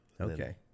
Okay